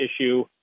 issue